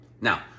Now